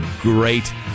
great